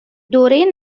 دوره